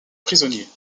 prisonnier